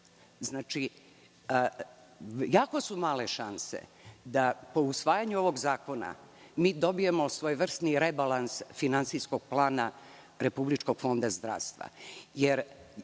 Jako su male šanse da po usvajanju ovog zakona mi dobijemo svojevrsni rebalans finansijskog plana Republičkog fonda zdravstva.